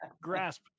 grasp